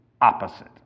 opposite